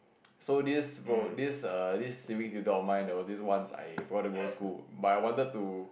so this book this err this series I got mine this ones I brought it to school but I wanted to